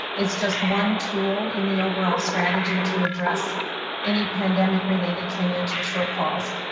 it's just one tool in the overall strategy to address any pandemic-related financial shortfalls.